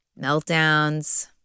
meltdowns